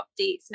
updates